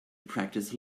practice